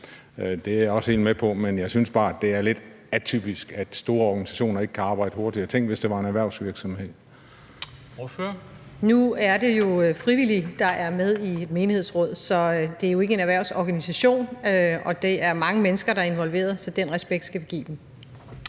Det er jeg også helt med på, men jeg synes bare, at det er lidt atypisk, at store organisationer ikke kan arbejde hurtigere. Tænk, hvis det var en erhvervsvirksomhed. Kl. 10:58 Formanden (Henrik Dam Kristensen): Ordføreren. Kl. 10:58 Birgitte Bergman (KF): Nu er det jo frivillige, der er med i menighedsråd, så det er jo ikke en erhvervsorganisation, og det er mange mennesker, der er involveret. Så den respekt skal vi give dem.